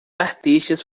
artistas